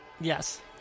Yes